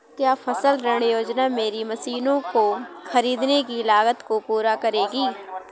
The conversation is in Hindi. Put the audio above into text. क्या फसल ऋण योजना मेरी मशीनों को ख़रीदने की लागत को पूरा करेगी?